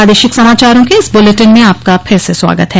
प्रादेशिक समाचारों के इस बुलेटिन में आपका फिर से स्वागत है